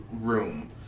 room